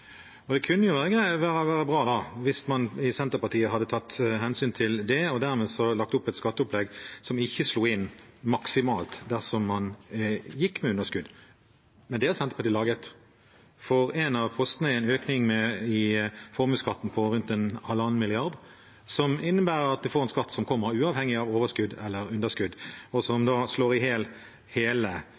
underskudd. Da kunne det jo være bra hvis man i Senterpartiet hadde tatt hensyn til det og dermed lagt opp til et skatteopplegg som ikke slo inn maksimalt dersom man gikk med underskudd. Men det har Senterpartiet laget, for en av postene de har, er en økning i formuesskatten på rundt 1,5 mrd. kr, noe som innebærer at man får en skatt som kommer uavhengig av overskudd eller underskudd, og som slår i hjel hele